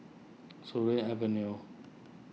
Surin Avenue